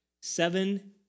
Seven